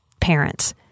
parents